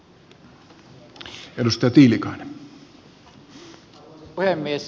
arvoisa puhemies